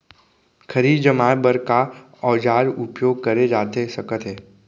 खरही जमाए बर का औजार उपयोग करे जाथे सकत हे?